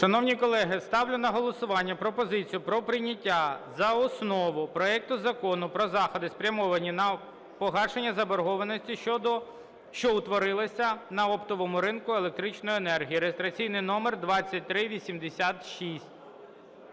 Шановні колеги, ставлю на голосування пропозицію про прийняття за основу проекту Закону про заходи, спрямовані на погашення заборгованості, що утворилася на оптовому ринку електричної енергії (реєстраційний номер 2386).